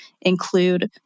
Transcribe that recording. include